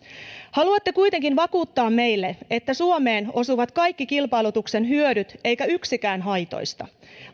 haluatte kuitenkin vakuuttaa meille että suomeen osuvat kaikki kilpailutuksen hyödyt eikä yksikään haitoista